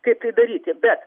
kaip tai daryti bet